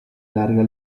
larga